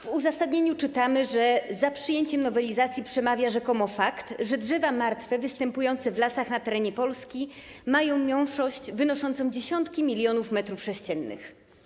W uzasadnieniu czytamy, że za przyjęciem nowelizacji przemawia rzekomo fakt, że drzewa martwe występujące w lasach na terenie Polski mają miąższość wynoszącą dziesiątki milionów metrów sześciennych.